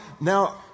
Now